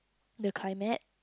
the climate